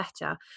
better